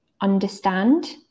understand